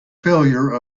failure